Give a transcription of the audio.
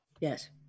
Yes